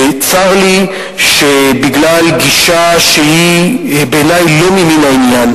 צר לי שבגלל גישה שהיא בעיני לא ממין העניין